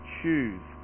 choose